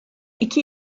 iki